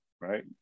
right